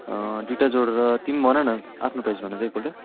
दुइवटा जोडेर तिमी भन न आफ्नो प्राइस भन त एक पल्ट